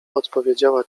odpowiedziała